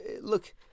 look